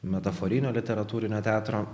metaforinio literatūrinio teatro